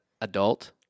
adult